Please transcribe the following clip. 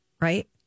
Right